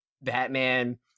Batman